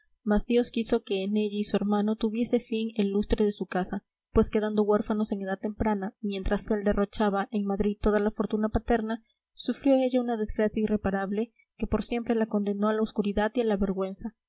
mas dios quiso que en ella y su hermano tuviese fin el lustre de su casa pues quedando huérfanos en edad temprana mientras él derrochaba en madrid toda la fortuna paterna sufrió ella una desgracia irreparable que por siempre la condenó a la oscuridad y a la vergüenza